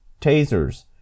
tasers